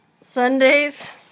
Sundays